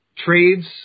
trades